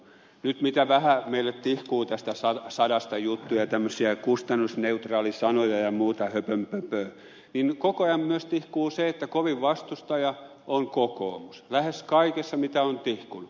nyt mitä vähän meille tihkuu tästä satasta juttuja tämmöisiä kustannusneutraali sanoja ja muuta höpönpöpöä niin koko ajan myös tihkuu se että kovin vastustaja on kokoomus lähes kaikessa mitä on tihkunut